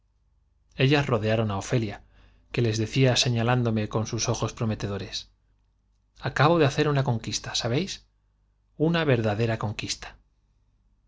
ellas rodearon á ofelia que les decía señalándome con sus ojos prometedores acabo de hacer una conquista sabéis una ver dadera conquista